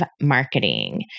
Marketing